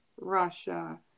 Russia